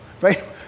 right